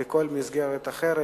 בכל מסגרת אחרת,